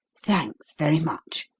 thanks very much.